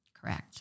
Correct